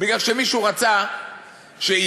בגלל שמישהו רצה שיהיה.